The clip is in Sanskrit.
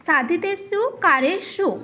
साधितेषु कार्येषु